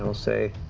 and i'll say,